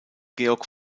georg